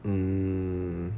mm